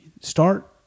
Start